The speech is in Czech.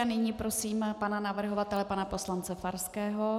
A nyní prosím pana navrhovatele, pana poslance Farského.